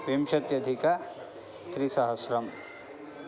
विंशत्यधिकत्रिसहस्रम्